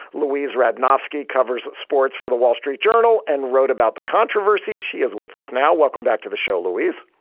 louise radnofsky covers sports for the wall street journal and wrote about the controversy. she is with us now. welcome back to the show, louise.